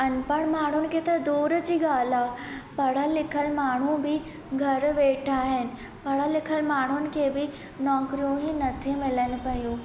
अनपढ़ माण्हूअ खे त दूरि जी ॻाल्हि आहे पढ़ियल लिखियल माण्हू बि घर वेठा आहिनि पढ़ियल लिखियल माण्हुनि खे बि नौकरियूं ई न थियूं मिलनि पयूं